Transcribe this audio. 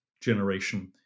generation